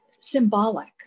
symbolic